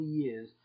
years